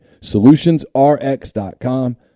SolutionsRx.com